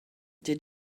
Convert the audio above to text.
did